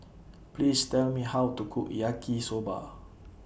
Please Tell Me How to Cook Yaki Soba